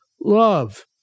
love